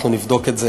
אנחנו נבדוק את זה,